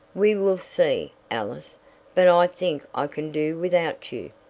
we will see, alice but i think i can do without you.